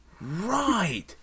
Right